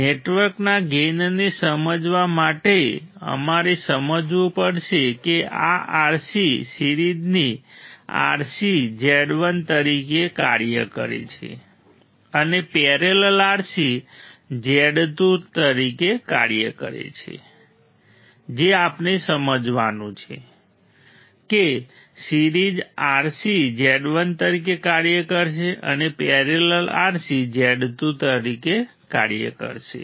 નેટવર્કના ગેઇનને સમજવા માટે અમારે સમજવું પડશે કે આ RC સિરીઝની RC Z1 તરીકે કાર્ય કરે છે અને પેરેલલ RC Z2 તરીકે કાર્ય કરે છે જે આપણે સમજવાનું છે કે સિરીઝ RC Z1 તરીકે કાર્ય કરશે અને પેરેલલ RC Z2 તરીકે કાર્ય કરશે